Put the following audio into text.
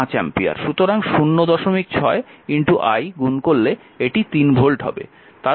সুতরাং 06 I গুন করলে এটি 3 ভোল্ট হবে